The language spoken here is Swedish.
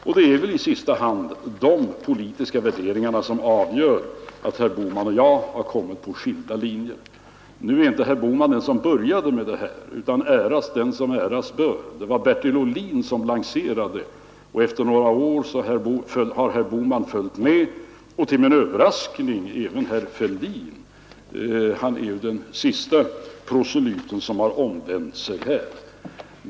Och det är väl i sista hand de politiska värderingarna som gör att herr Bohman och jag har kommit på skilda linjer. Nu är inte herr Bohman den som började med det här, utan ära den som äras bör — det var Bertil Ohlin som lanserade tanken, och efter några år har herr Bohman följt med och till min överraskning även herr Fälldin. Han är väl den siste proselyten som har omvänt sig här.